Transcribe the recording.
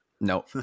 no